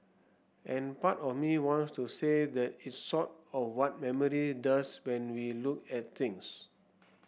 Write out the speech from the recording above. and part of me wants to say that it's sort of what memory does when we look at things